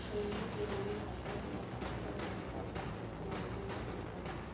जन धन योजना खाता के आधार पर हम कर्जा कईसे आवेदन कर पाएम?